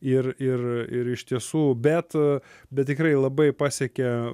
ir ir ir iš tiesų bet bet tikrai labai pasiekė